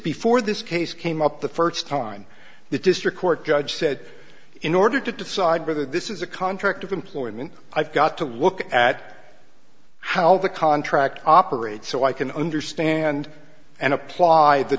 before this case came up the first time the district court judge said in order to decide whether this is a contract of employment i've got to look at how the contract operates so i can understand and apply the